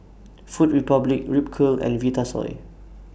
Food Republic Ripcurl and Vitasoy